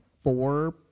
Four